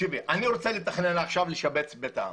אני רוצה לתכנן עכשיו שיפוץ של בית העם.